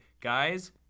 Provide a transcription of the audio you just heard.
guys